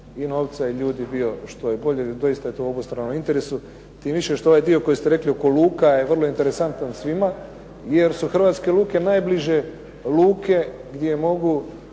novca i ljudi bio što je boje, jer je doista u obostranom interesu. Tim više što ovaj dio koji ste rekli oko luka je vrlo interesantan svima, jer su hrvatske luke najbliže luke gdje mogu